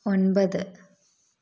ഒൻപത്